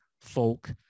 folk